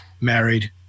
married